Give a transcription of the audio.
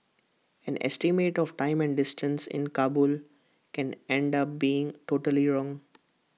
an estimate of time and distance in Kabul can end up being totally wrong